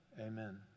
Amen